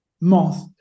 month